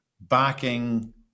backing